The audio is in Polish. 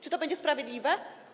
Czy to będzie sprawiedliwe?